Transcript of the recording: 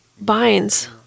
binds